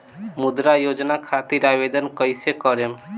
मुद्रा योजना खातिर आवेदन कईसे करेम?